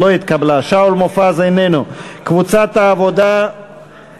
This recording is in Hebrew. ההסתייגות של קבוצת סיעת חד"ש